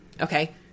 Okay